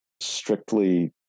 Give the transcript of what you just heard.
strictly